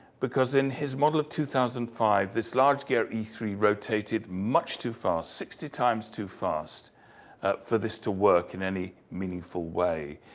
because in his model of two thousand and five, this large gear e three rotated much too fast, sixty times too fast for this to work in any meaningful way.